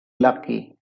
lucky